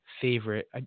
Favorite